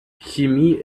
chemie